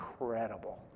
incredible